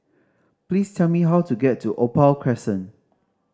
please tell me how to get to Opal Crescent